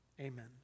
Amen